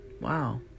wow